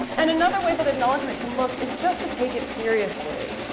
and another way that acknowledgement can look is just to take it seriously.